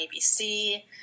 ABC